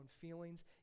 feelings